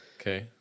Okay